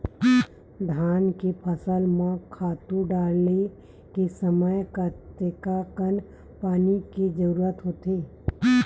धान के फसल म खातु डाले के समय कतेकन पानी के जरूरत होथे?